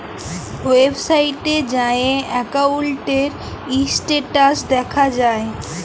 ওয়েবসাইটে যাঁয়ে একাউল্টের ইস্ট্যাটাস দ্যাখা যায়